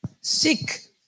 sick